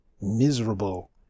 miserable